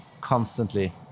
constantly